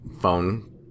phone